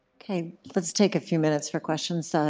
okay, let's take a few minutes for questions. so